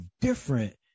different